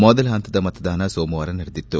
ಮೊದಲ ಹಂತದ ಮತದಾನ ಸೋಮವಾರ ನಡೆದಿತ್ತು